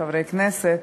חברי הכנסת,